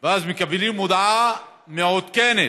ואז מקבלים הודעה מעודכנת: